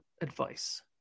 advice